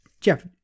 Jeff